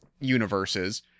universes